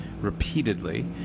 repeatedly